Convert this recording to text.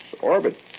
orbit